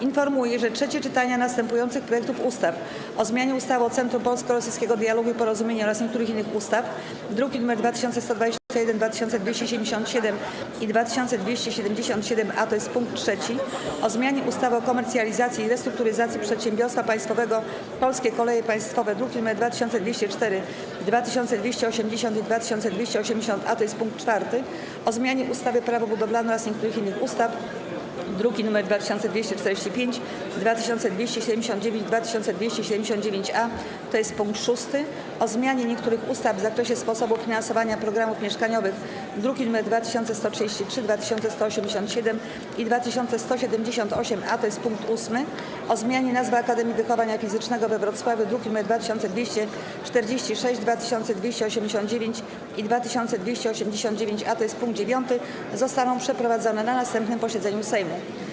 Informuję, że trzecie czytania następujących projektów ustaw: - o zmianie ustawy o Centrum Polsko-Rosyjskiego Dialogu i Porozumienia oraz niektórych innych ustaw, druki nr 2121, 2277 i 2277-A, tj. punkt 3., - o zmianie ustawy o komercjalizacji i restrukturyzacji przedsiębiorstwa państwowego ˝Polskie Koleje Państwowe˝, druki nr 2204, 2280 i 2280-A, tj. punkt 4., - o zmianie ustawy - Prawo budowlane oraz niektórych innych ustaw, druki nr 2245, 2279 i 2279-A, tj. punkt 6., - o zmianie niektórych ustaw w zakresie sposobu finansowania programów mieszkaniowych, druki nr 2133, 2187 i 2178-A, tj. punkt 8., - o zmianie nazwy Akademii Wychowania Fizycznego we Wrocławiu, druki nr 2246, 2289 i 2289-A, tj. punkt 9., zostaną przeprowadzone na następnym posiedzeniu Sejmu.